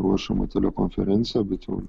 ruošiama telekonferencija bet jau